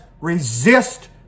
resist